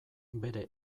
bere